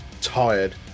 tired